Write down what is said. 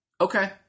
Okay